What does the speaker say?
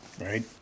right